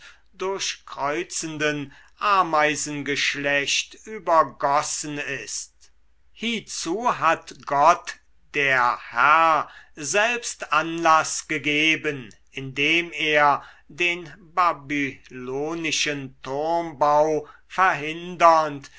durchkreuzenden ameisengeschlecht übergossen ist hiezu hat gott der herr selbst anlaß gegeben indem er den babylonischen turmbau verhindernd